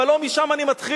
אבל לא משם אני מתחיל.